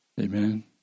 Amen